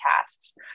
tasks